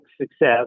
success